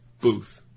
Booth